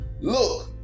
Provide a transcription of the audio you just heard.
look